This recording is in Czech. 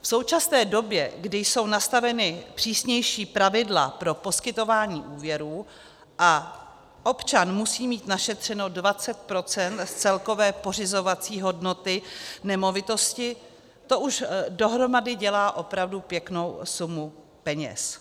V současné době, kdy jsou nastavena přísnější pravidla pro poskytování úvěrů a občan musí mít našetřeno 20 % z celkové pořizovací hodnoty nemovitosti, to už dohromady dělá opravdu pěknou sumu peněz.